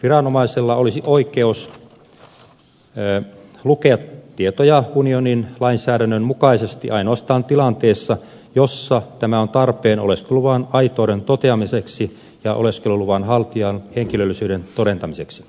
viranomaisilla olisi oikeus lukea tietoja unionin lainsäädännön mukaisesti ainoas taan tilanteissa joissa tämä on tarpeen oleskeluluvan aitouden toteamiseksi ja oleskeluluvan haltijan henkilöllisyyden todentamiseksi